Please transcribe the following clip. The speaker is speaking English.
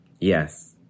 Yes